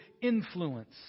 influence